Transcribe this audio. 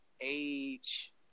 age